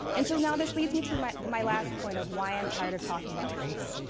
and so now, this leads me to my my last point of why i'm tired of talking about race.